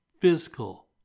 physical